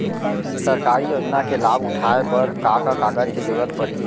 सरकारी योजना के लाभ उठाए बर का का कागज के जरूरत परही